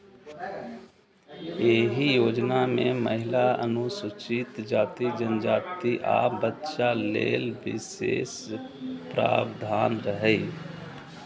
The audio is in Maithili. एहि योजना मे महिला, अनुसूचित जाति, जनजाति, आ बच्चा लेल विशेष प्रावधान रहै